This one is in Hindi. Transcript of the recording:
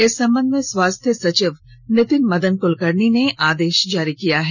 इस संबध में स्वास्थ्य सचिव नितिन मदन कुलकर्णी ने आदेश जारी किया है